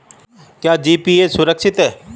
क्या जी.पी.ए सुरक्षित है?